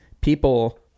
people